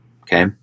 okay